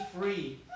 free